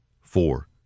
four